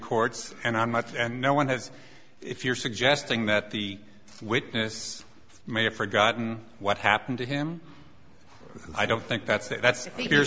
courts and i'm not and no one has if you're suggesting that the witness may have forgotten what happened to him i don't think that's a that